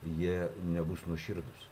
jie nebus nuoširdūs